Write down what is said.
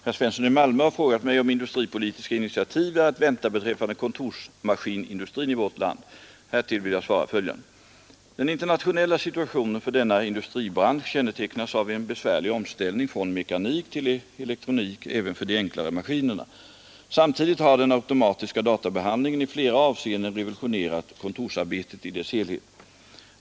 Herr talman! Herr Svensson i Malmö har frågat mig om industripolitiska initiativ är att vänta beträffande kontorsmaskinindustrin i vårt land. Härtill vill jag svara följande. Den internationella situationen för denna industribransch har kännetecknats av en besvärlig omställning från mekanik till elektronik även för de enklare maskinerna. Samtidigt har den automatiska databehandlingen i flera avseenden revolutionerat kontorsarbetet i dess helhet.